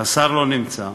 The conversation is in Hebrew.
השר לא נמצא,